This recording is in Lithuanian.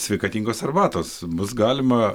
sveikatingos arbatos bus galima